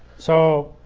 so,